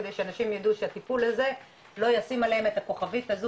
כדי שאנשים יידעו שהטיפול הזה לא ישים עליהם את הכוכבית הזו